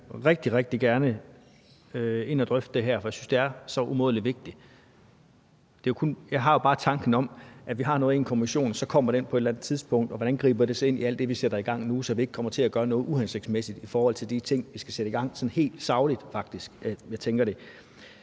Vi vil rigtig, rigtig gerne ind at drøfte det her, for jeg synes, det er så umådelig vigtigt. Jeg har jo bare tanken om, at vi har noget i en kommission, og så kommer den på et eller andet tidspunkt med noget, og hvordan griber det så ind i alt det, vi sætter i gang nu, så vi ikke kommer til at gøre noget uhensigtsmæssigt i forhold til de ting, vi skal sætte i gang? Jeg tænker det sådan helt sagligt faktisk. Må jeg bare